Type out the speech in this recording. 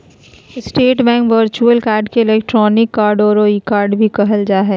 state bank virtual card के electronic card औरो e card भी कहल जा हइ